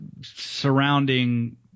surrounding